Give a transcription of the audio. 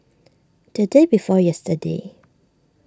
the day before yesterday